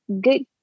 good